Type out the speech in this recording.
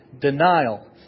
Denial